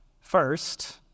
First